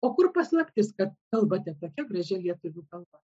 o kur paslaptis kad kalbate tokia gražia lietuvių kalba